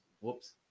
Whoops